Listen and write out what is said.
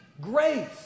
grace